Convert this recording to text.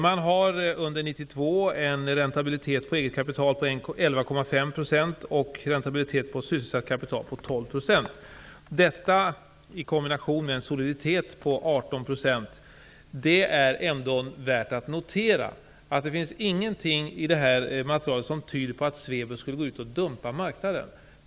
Man har under 1992 en räntabilitet på eget kapital på 11,5 % och på sysselsatt kapital på 12 %. Detta, i kombination med en soliditet på 18 %, är värt att notera. Det finns ingenting i detta material som tyder på att Swebus skulle dumpa marknaden.